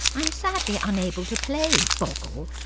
i'm sadly unable to play boggle.